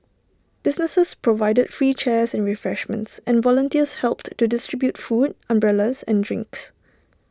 businesses provided free chairs and refreshments and volunteers helped to distribute food umbrellas and drinks